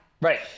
Right